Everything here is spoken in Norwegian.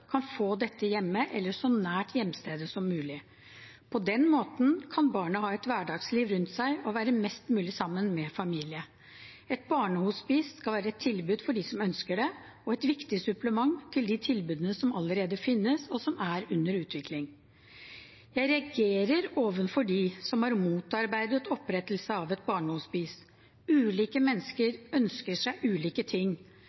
kan få dette hjemme eller så nært hjemstedet som mulig. På den måten kan barnet ha et hverdagsliv rundt seg og være mest mulig sammen med familien. Et barnehospice skal være et tilbud for dem som ønsker det, og et viktig supplement til de tilbudene som allerede finnes, og som er under utvikling. Jeg reagerer overfor dem som har motarbeidet opprettelsen av et barnehospice. Ulike mennesker ønsker seg ulike ting.